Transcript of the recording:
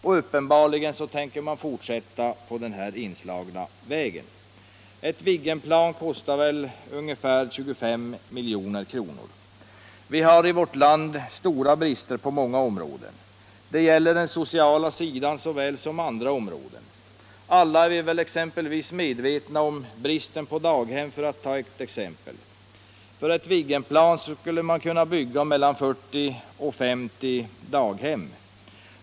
Men man tänker uppenbarligen fortsätta på den inslagna vägen. Ett Viggenplan kostar ungefär 25 milj.kr. Vi har i vårt land stora brister på många områden. Detta gäller på såväl den sociala sidan som på andra områden. Alla är väl exempelvis medvetna om bristen på daghem, för att här bara ta ett exempel. För ett Viggenplan kan man bygga mellan 40 och 50 daghem.